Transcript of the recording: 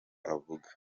avuga